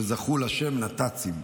שזכו לשם נת"צים,